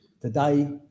Today